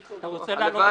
הלוואי.